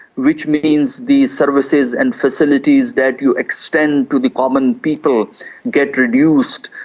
which means these services and facilities that you extend to the common people get reduced.